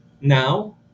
Now